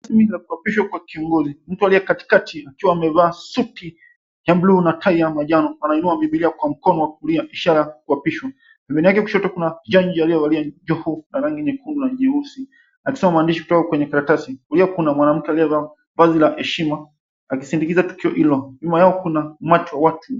Shughuli ya kuapishwa kwa kiongozi mtu aliye katikati akiwa amevaa suti ya bluu na tai ya manjano anainua bibilia kwa mkono wa kulia ishara ya kuapishwa pembeni yake kushoto kuna jaji aliyevalia jofu la rangi nyekundu na nyeusi akisoma maandishi kutoka kwenye karatasi kuna mwanaamke aliyavalia nguo za heshima akisindikiza tukio hilo nyuma kuna umati wa watu.